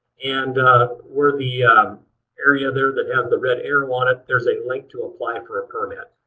and where the area there that has the red arrow on it there's a link to apply for a permit.